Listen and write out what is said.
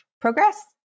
progress